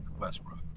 Westbrook